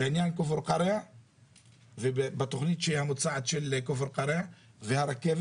בעניין כפר קרע ובתכנית המוצעת של כפר קרע והרכבת,